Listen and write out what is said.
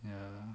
ya